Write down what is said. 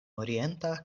orienta